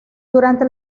durante